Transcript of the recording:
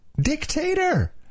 Dictator